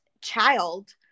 child